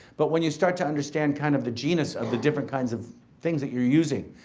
but when you start to understand kind of the genus of the different kinds of things that you're using,